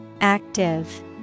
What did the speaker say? Active